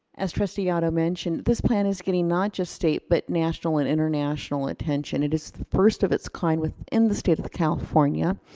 as trustee otto mentioned, this plan is getting not just state, but national and international attention. it is the first of its kind within the state of california.